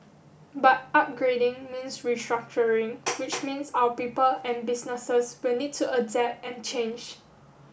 but upgrading means restructuring which means our people and businesses will need to adapt and change